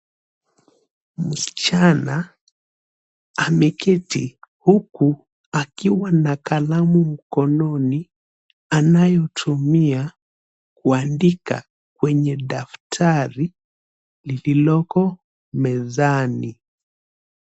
Msichana ameketo huku akiwa na kalamu mkononi anayotumia kuandika kwenye daftari lililoko mezani.